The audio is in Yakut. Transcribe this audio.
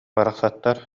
барахсаттар